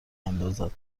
اندازد